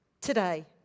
today